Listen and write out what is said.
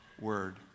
word